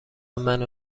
منو